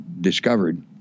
discovered